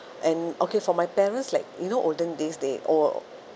and okay for my parents like you know olden days they all